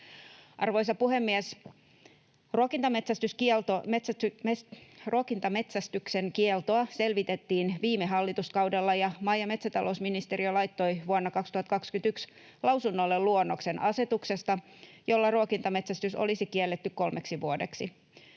Arvoisa puhemies! Ruokintametsästyksen kieltoa selvitettiin viime hallituskaudella, ja maa- ja metsätalousministeriö laittoi vuonna 2021 lausunnolle luonnoksen asetuksesta, jolla ruokintametsästys olisi kielletty kolmeksi vuodeksi.